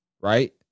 right